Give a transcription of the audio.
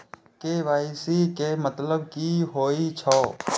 KYC के मतलब की होई छै?